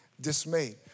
dismayed